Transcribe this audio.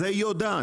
זה היא יודעת,